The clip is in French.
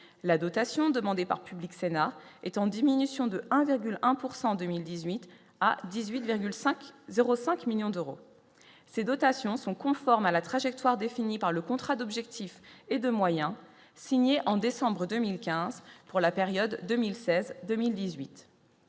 la dotation demandée par Public Sénat est en diminution de 1,1 pourcent en 2018 à 18,5 0 5 1000000 d'euros, ces dotations sont conformes à la trajectoire définie par le contrat d'objectifs et de moyens signé en décembre 2015 pour la période 2016, 2018